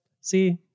see